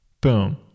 Boom